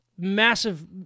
massive